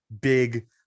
big